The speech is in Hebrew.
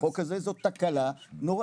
החוק הזה זאת תקלה נוראית,